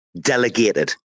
delegated